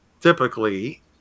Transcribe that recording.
typically